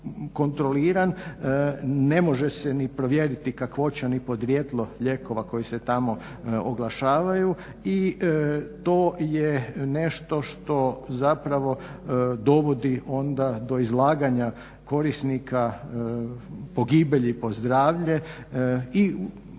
ne može se ni provjeriti kakvoća ni podrijetlo lijekova koji se tamo oglašavaju. I to je nešto što zapravo dovodi onda do izlaganja korisnika pogibelji po zdravlje i u najmanju